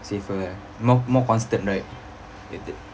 safer ah more more constant right